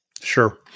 Sure